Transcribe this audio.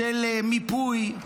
של מיפוי.